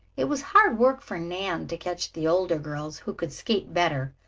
it was hard work for nan to catch the older girls, who could skate better,